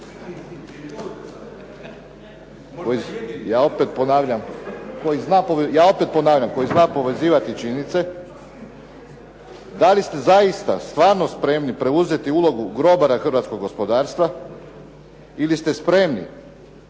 Ja opet ponavljam, koji zna povezivati činjenice, da li ste zaista, stvarno spremni preuzeti ulogu grobara hrvatskog gospodarstva ili ste spremni